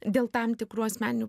dėl tam tikrų asmeninių